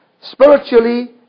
spiritually